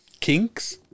Kinks